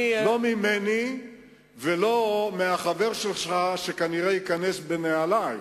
לא ממני ולא מהחבר שלך שכנראה ייכנס לנעלי.